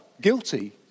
guilty